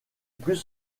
plus